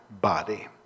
body